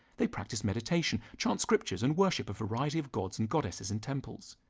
they practise meditation, chant scriptures, and worship a variety of gods and goddesses in temples.